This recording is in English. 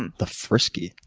the frisky?